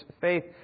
faith